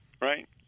right